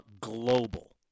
global